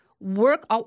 work